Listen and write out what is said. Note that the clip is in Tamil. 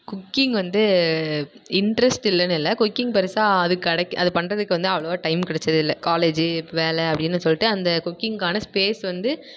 குக்கிங் வந்து இன்ட்ரஸ்ட் இல்லன்னுல்லை குக்கிங் பெரிசா அது கெடக் அது பண்ணுறதுக்கு வந்து அவ்வளவா டைம் கிடைச்சதில்ல காலேஜூ வேலை அப்படின்னு சொல்லிட்டு அந்த குக்கிங்கான ஸ்பேஸ் வந்து